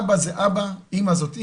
אבא זה אבא, אימא זאת אימא.